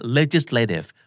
legislative